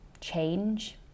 change